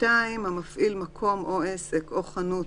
(2)המפעיל מקום או עסק או חנות,